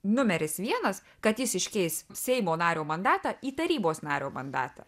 numeris vienas kad jis iškeis seimo nario mandatą į tarybos nario mandatą